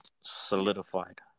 solidified